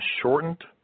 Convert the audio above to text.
shortened